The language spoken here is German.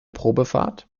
probefahrt